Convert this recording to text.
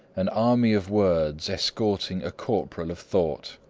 an army of words escorting a corporal of thought.